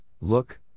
Look